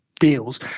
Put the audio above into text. deals